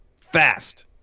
fast